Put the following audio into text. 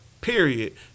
Period